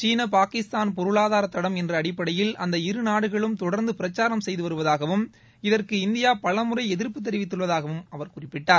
சீன பாகிஸ்தான் பொருளாதார தடம் என்ற அடிப்படையில் அந்த இரு நாடுகளும் தொடர்ந்து பிரச்சாரம் செய்து வருவதாகவும் இதற்கு இந்தியா பலமுறை எதிர்ப்பு தெரிவித்துள்ளதாகவும் அவர் குறிப்பிட்டார்